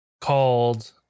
called